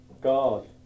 God